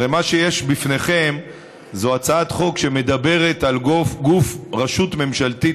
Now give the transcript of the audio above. הרי מה שיש בפניכם זו הצעת חוק שמדברת על רשות ממשלתית